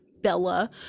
Bella